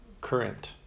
current